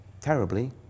terribly